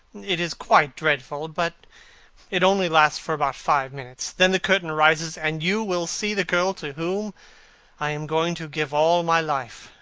it is quite dreadful, but it only lasts for about five minutes. then the curtain rises, and you will see the girl to whom i am going to give all my life,